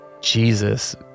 Jesus